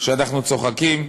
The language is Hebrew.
שאנחנו צוחקים?